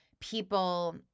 people